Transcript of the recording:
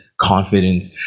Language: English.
confidence